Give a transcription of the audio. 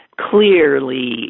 clearly